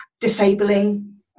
disabling